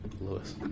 Lewis